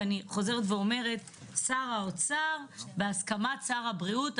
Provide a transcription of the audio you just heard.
ואני חוזרת ואומרת שזה נראה מוזר שר האוצר בהסכמת שר הבריאות.